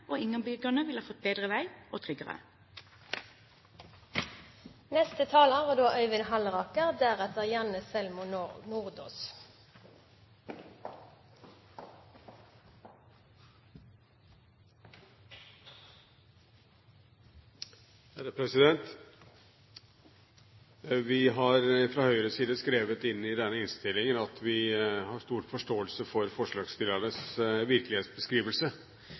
og innbyggerne ville ha fått bedre og tryggere veier. Vi har fra Høyres side skrevet inn i denne innstillingen at vi har stor forståelse for forslagsstillernes virkelighetsbeskrivelse.